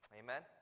amen